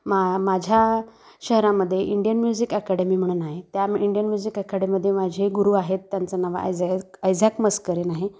मा माझ्या शहरामध्ये इंडियन म्युझिक अकॅडमी म्हणून आहे त्या इंडयन म्युझिक अकॅडमीमध्ये माझे गुरु आहेत त्यांचं नावं आहे ऐझय ऐझॅक मस्करीन आहे